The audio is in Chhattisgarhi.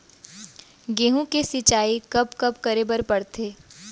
गेहूँ के सिंचाई कब कब करे बर पड़थे?